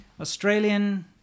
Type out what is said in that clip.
Australian